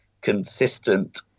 consistent